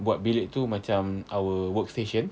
buat bilik tu macam our workstation